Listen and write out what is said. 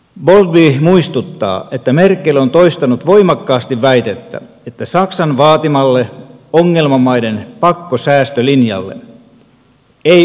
bowlby muistuttaa että merkel on toistanut voimakkaasti väitettä että saksan vaatimalle ongelmamaiden pakkosäästölinjalle ei ole vaihtoehtoa